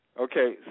Okay